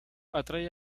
atrae